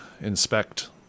inspect